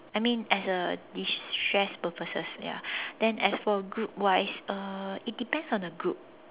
I mean as a destress purposes ya then as for group wise uh it depends on the group